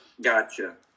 Gotcha